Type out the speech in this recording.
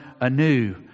anew